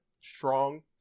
strong